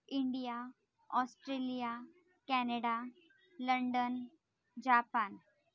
India Australia Canada London Japan